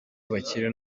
abakire